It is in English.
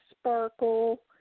sparkle